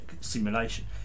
simulation